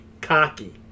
cocky